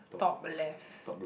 top left